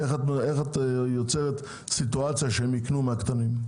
איך את יוצרת סיטואציה שהם יקנו מהקטנים?